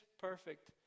perfect